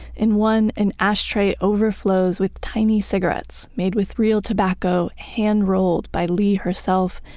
in one, an ashtray overflows with tiny cigarettes made with real tobacco hand-rolled by lee herself.